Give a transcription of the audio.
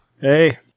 Hey